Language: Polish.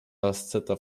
asceta